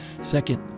Second